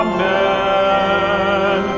Amen